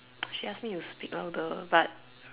she ask me to speak louder but